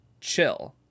chill